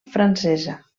francesa